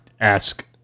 ask